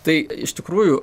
tai iš tikrųjų